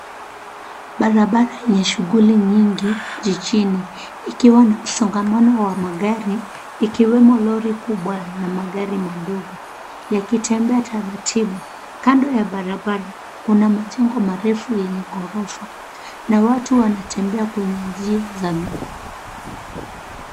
Barabara yenye shughuli nyingi jijini ikiwa ana msongamano wa magari ikiwemo lori kubwa na magari madogo yakitembea taratibu. Kando ya barabara kuna majengo marefu yenye ghorofa na watu wanatembea kwenye njia za miguu.